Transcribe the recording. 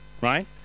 Right